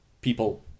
people